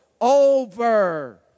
over